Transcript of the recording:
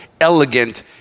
elegant